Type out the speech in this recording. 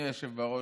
אדוני היושב-ראש,